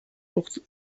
porte